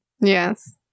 Yes